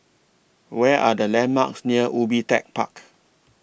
Where Are The landmarks near Ubi Tech Park